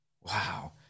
Wow